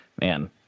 Man